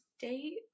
date